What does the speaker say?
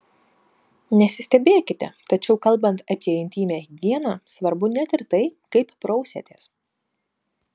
nesistebėkite tačiau kalbant apie intymią higieną svarbu net ir tai kaip prausiatės